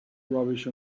rubbish